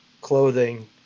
clothing